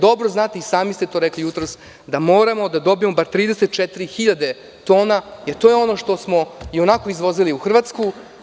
Dobro znate, i sami ste to rekli jutros, da moramo da dobijemo bar 34.000 tona, jer to je ono što smo i onako izvozili u Hrvatsku.